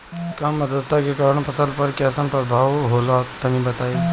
कम आद्रता के कारण फसल पर कैसन प्रभाव होला तनी बताई?